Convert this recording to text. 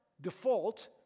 default